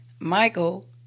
Michael